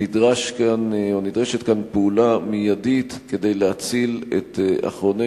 נדרשת כאן פעולה מיידית כדי להציל את אחרוני